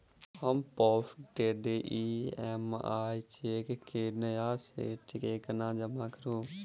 हम postdated EMI cheque केँ नया सेट केना जमा करू?